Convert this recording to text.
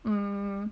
mm